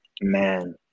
Man